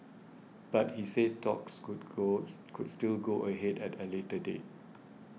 but he said talks could calls could still go ahead at a later date